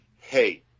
hey